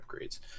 upgrades